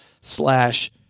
slash